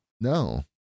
No